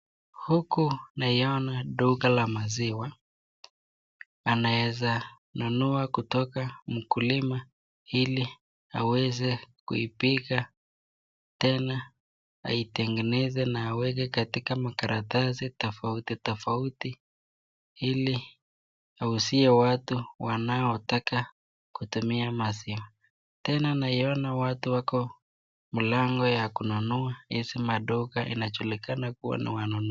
Huku naiona duka la maziwa anaweza nunua kutoka mkulima ili aweze kupika tena aitengeneze na aweke katika makaratasi tofauti tofauti ili auzie watu wanaotaka kutumia maziwa. Tena naiona watu wako mlango ya kununua. Hizi maduka inajulikana kuwa na wanunuzi.